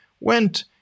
went